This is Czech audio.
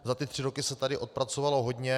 Za tři roky se tady odpracovalo hodně.